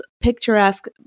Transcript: picturesque